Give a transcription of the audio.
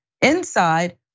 inside